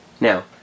Now